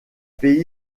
pays